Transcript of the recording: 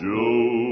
Joe